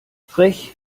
frech